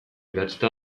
idatzita